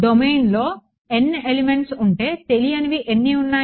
డొమైన్లో n elements ఉంటే తెలియనివి ఎన్ని ఉన్నాయి